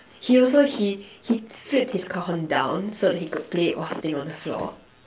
he also he he flipped his cajon down so that he could play whilst sitting on the floor